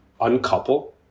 uncouple